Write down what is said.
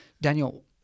Daniel